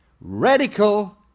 radical